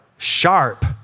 sharp